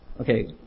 Okay